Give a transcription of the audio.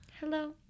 hello